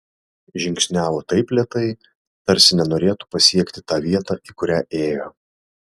žingsniavo taip lėtai tarsi nenorėtų pasiekti tą vietą į kurią ėjo